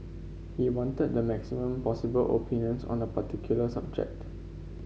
he wanted the maximum possible opinions on a particular subject